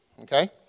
okay